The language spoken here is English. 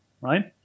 right